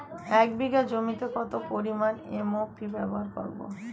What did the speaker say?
এক বিঘা জমিতে কত পরিমান এম.ও.পি ব্যবহার করব?